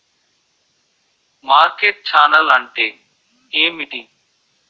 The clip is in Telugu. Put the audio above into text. మార్కెట్ ఛానల్ అంటే ఏమిటి?